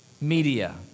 Media